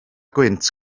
gwynt